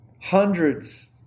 hundreds